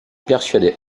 persuadait